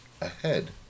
ahead